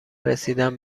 رسیدن